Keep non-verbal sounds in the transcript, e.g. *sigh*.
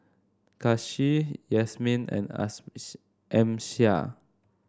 Kasih Yasmin and *unintelligible* Amsyar